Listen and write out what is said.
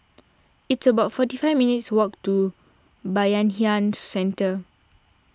it's about forty five minutes' walk to Bayanihan Centre